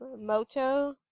Moto